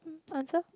mm answer